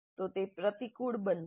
અમે તે પાસા પર પણ ચર્ચા કરીશું